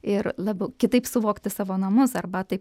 ir labiau kitaip suvokti savo namus arba taip